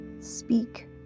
Speak